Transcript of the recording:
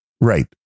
right